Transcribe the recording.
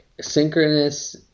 synchronous